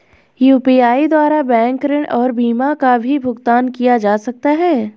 UPI द्वारा bank ऋण और बीमा का भी भुगतान किया जा सकता है?